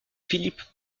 philippe